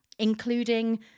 Including